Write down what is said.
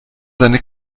seine